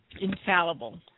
infallible